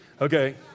Okay